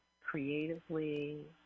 creatively